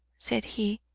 said he.